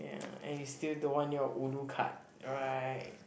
ya and you still don't want your ulu card right